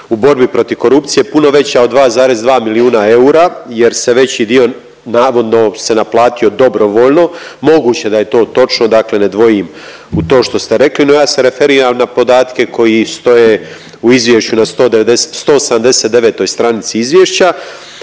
u borbi protiv korupcije puno već od 2,2 milijuna eura, jer se veći dio navodno se naplatio dobrovoljno. Moguće da je to točno dakle ne dvojim u to što ste rekli no ja se referiram na podatke koji stoje u izvješću na 190, 189-oj stranici izvješća,